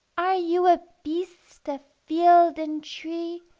are you a beast of field and tree,